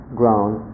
ground